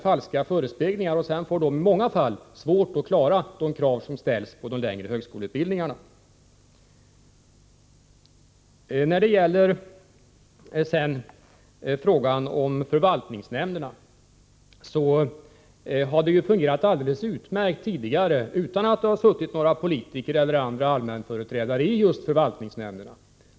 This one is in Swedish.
Dessa elever får ofta svårt att klara de krav som ställs på de längre högskoleutbildningarna. Förvaltningsnämnderna har fungerat alldeles utmärkt utan att det har suttit några politiker eller andra allmänföreträdare i dessa nämnder.